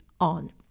on